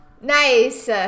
Nice